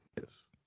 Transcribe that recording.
Yes